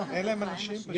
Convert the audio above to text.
פקחים, אין להם אנשים פשוט.